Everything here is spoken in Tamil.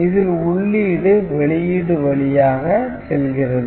இதில் உள்ளீடு வெளியீடு வழியாக செல்கிறது